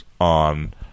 on